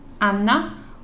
Anna